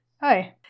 Hi